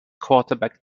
quarterback